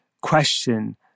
question